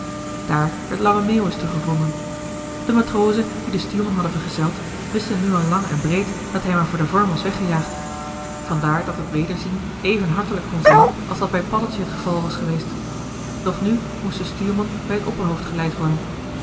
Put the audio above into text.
daar werd lange meeuwis teruggevonden de matrozen die den stuurman hadden vergezeld wisten nu al lang en breed dat hij maar voor den vorm was weggejaagd vandaar dat het wederzien even hartelijk kon zijn als dat bij paddeltje het geval was geweest doch nu moest de stuurman bij het opperhoofd geleid worden